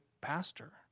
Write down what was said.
pastor